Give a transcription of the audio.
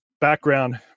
background